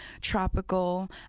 tropical